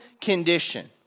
condition